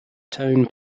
tone